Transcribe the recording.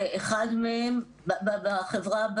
זה אחד מהם, בחברה,